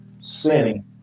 sinning